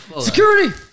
Security